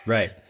Right